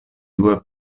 dua